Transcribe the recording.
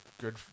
good